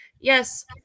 yes